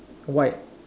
white